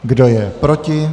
Kdo je proti?